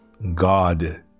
God